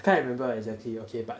can't remember exactly okay but